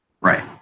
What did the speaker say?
Right